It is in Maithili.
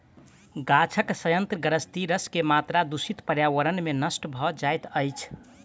गाछक सयंत्र ग्रंथिरस के मात्रा दूषित पर्यावरण में नष्ट भ जाइत अछि